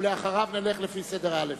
ואחריו נלך לפי האל"ף-בי"ת.